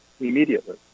immediately